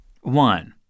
one